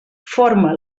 forma